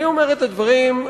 אני אומר את הדברים,